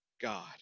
God